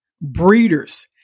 Breeders